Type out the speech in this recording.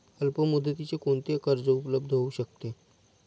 अल्पमुदतीचे कोणते कर्ज उपलब्ध होऊ शकते?